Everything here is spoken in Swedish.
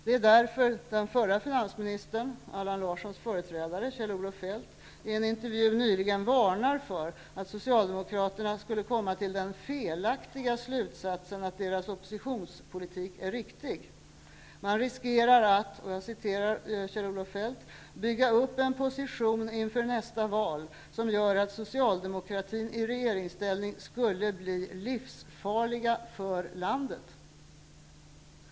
Det är därför den förre finansmininistern, Allan Larssons företrädare Kjell-Olof Feldt, i en intervju nyligen varnar för att Socialdemokraterna skulle komma till den felaktiga slutsatsen att deras oppositionspolitik är riktig. Han säger att man riskerar att ''bygga upp en position inför nästa val som gör att socialdemokratin i regeringsställning skulle bli livsfarlig för landet.''